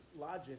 logic